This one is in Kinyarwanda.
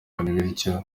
bityo